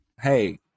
Hey